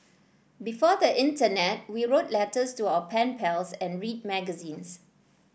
before the internet we wrote letters to our pen pals and read magazines